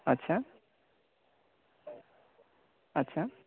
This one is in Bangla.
আচ্ছা আচ্ছা